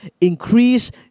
increase